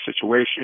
situation